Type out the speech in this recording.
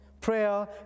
Prayer